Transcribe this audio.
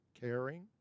caring